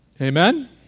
Amen